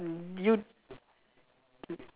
you